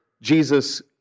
Jesus